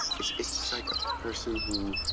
it's it's just like a person who,